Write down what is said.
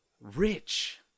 rich